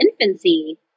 infancy